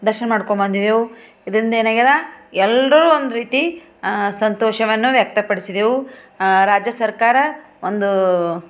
ದರ್ಶನ ಮಾಡ್ಕೊಂಡು ಬಂದಿದ್ದೆವು ಇದರಿಂದ ಏನಾಗ್ಯದ ಎಲ್ಲರೂ ಒಂದು ರೀತಿ ಸಂತೋಷವನ್ನು ವ್ಯಕ್ತಪಡಿಸಿದ್ದೆವು ರಾಜ್ಯ ಸರ್ಕಾರ ಒಂದು